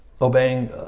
obeying